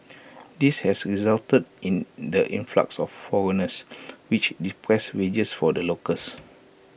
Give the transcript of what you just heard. this has resulted in the influx of foreigners which depressed wages for the locals